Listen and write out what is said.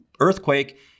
earthquake